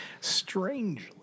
Strangely